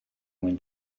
mwyn